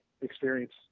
experience